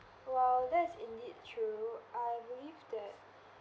!wow! that's indeed true I believe that